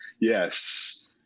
Yes